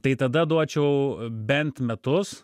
tai tada duočiau bent metus